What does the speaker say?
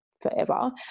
forever